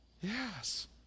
Yes